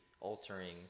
altering